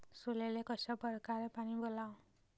सोल्याले कशा परकारे पानी वलाव?